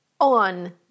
on